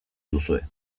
duzue